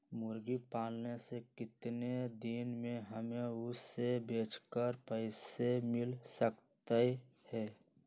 मुर्गी पालने से कितने दिन में हमें उसे बेचकर पैसे मिल सकते हैं?